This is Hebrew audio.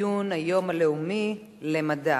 ציון היום הלאומי למדע,